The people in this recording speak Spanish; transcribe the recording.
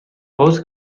voz